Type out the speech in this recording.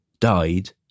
died